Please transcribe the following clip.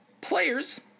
players